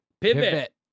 Pivot